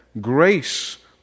grace